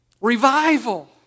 Revival